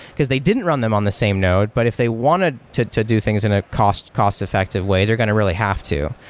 because they didn't run them on the same node. but if they wanted to to do things in ah a cost-effective way, they're going to really have to.